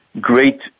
great